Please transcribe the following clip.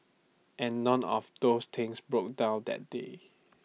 and none of those things broke down that day